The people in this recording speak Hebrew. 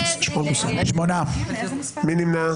מי נמנע?